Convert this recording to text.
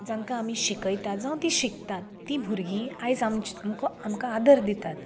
जांकां आमी शिकयतात जावं तीं शिकतात तीं भुरगीं आयज आम आमको आमकां आदर दितात